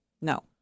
No